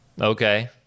Okay